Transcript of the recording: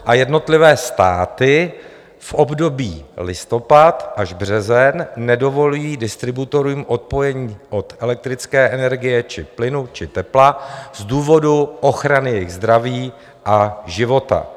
A jednotlivé státy v období listopad až březen nedovolí distributorům odpojení od elektrické energie či plynu či tepla z důvodu ochrany jejich zdraví a života.